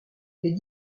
les